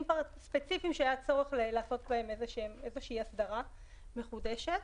ספציפיים שהיה צורך לעשות בהם איזו הסדרה מחודשת.